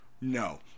No